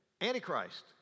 antichrist